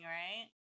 right